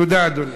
תודה, אדוני.